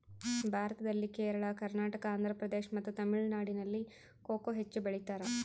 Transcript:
ಭಾರತದಲ್ಲಿ ಕೇರಳ, ಕರ್ನಾಟಕ, ಆಂಧ್ರಪ್ರದೇಶ್ ಮತ್ತು ತಮಿಳುನಾಡಿನಲ್ಲಿ ಕೊಕೊ ಹೆಚ್ಚು ಬೆಳಿತಾರ?